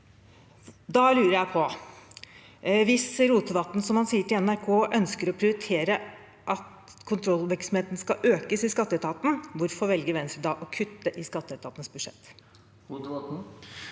Da lurer jeg på: Hvis Rotevatn, som han sa til NRK, ønsker å prioritere at kontrollvirksomheten skal økes i skatteetaten, hvorfor velger da Venstre å kutte i etatens budsjett?